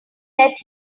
let